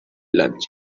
lunch